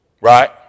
Right